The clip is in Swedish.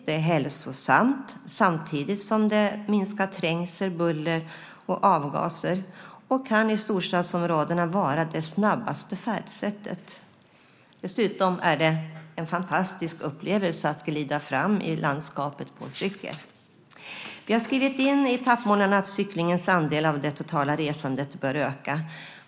Det är hälsosamt samtidigt som det minskar trängsel, buller och avgaser och kan i storstadsområdena vara det snabbaste färdsättet. Dessutom är det en fantastisk upplevelse att glida fram i landskapet på cykel. Vi har skrivit in i etappmålen att cyklingens andel av det totala resandet bör öka.